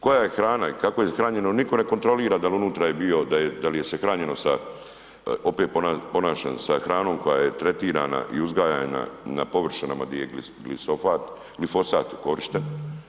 Koja je hrana i kako je hranjeno nitko ne kontrolira dal unutra je bio, da li je se hranjeno opet ponavljam sa hranom koja je tretirana i uzgajana na površinama di je glifosat korišten.